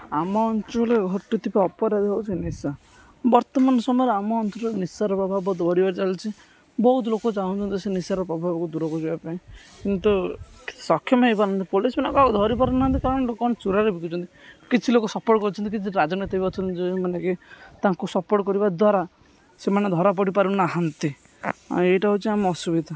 ଆମ ଅଞ୍ଚଳରେ ଘଟୁଥିବା ଅପରାଧ ହେଉଛି ନିଶା ବର୍ତ୍ତମାନ ସମୟରେ ଆମ ଅଞ୍ଚଳରେ ନିଶାର ପ୍ରଭାବ ବହୁତ ବଢ଼ିବାରେ ଚାଲିଛି ବହୁତ ଲୋକ ଚାହୁଁଛନ୍ତି ସେ ନିଶାର ପ୍ରଭାବକୁ ଦୂର କରିବା ପାଇଁ କିନ୍ତୁ ସକ୍ଷମ ହୋଇପାରୁନାହାନ୍ତି ପୋଲିସ୍ମାନେ ତ ଧରିପାରୁନାହାନ୍ତି କାରଣ ଲୋକମାନେ ଚୋରାରେ ବିକୁୁଛନ୍ତି କିଛି ଲୋକ ସପୋର୍ଟ୍ କରୁଛନ୍ତି କିଛି ରାଜନୈତିକ ଅଛନ୍ତି ଯେଉଁମାନେକି ତାଙ୍କୁ ସପୋର୍ଟ୍ କରିବା ଦ୍ୱାରା ସେମାନେ ଧରାପଡ଼ିପାରୁନାହାନ୍ତି ଏଇଟା ହେଉଛି ଆମ ଅସୁବିଧା